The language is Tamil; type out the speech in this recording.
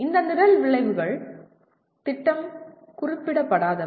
இந்த நிரல் விளைவுகள் திட்டம் குறிப்பிடப்படாதவை